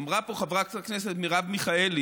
אמרה פה חברת הכנסת מרב מיכאלי,